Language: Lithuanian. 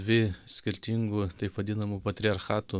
dvi skirtingų taip vadinamų patriarchatų